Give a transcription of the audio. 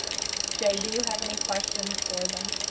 jay, do you have any questions for them?